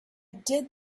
did